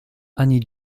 annie